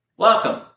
Welcome